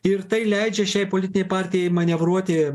ir tai leidžia šiai politinei partijai manevruoti